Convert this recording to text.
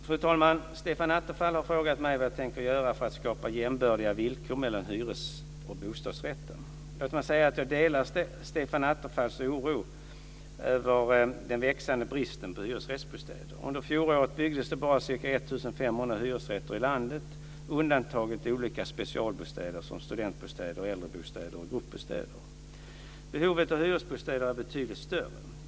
Fru talman! Stefan Attefall har frågat mig vad jag tänker göra för att skapa jämbördiga villkor mellan hyres och bostadsrätten. Låt mig säga att jag delar Stefan Attefalls oro över den växande bristen på hyresrättsbostäder. Under fjolåret byggdes det bara ca 1 500 hyresrätter i landet, undantaget olika specialbostäder som studentbostäder, äldrebostäder och gruppbostäder. Behovet av hyresbostäder är betydligt större.